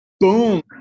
boom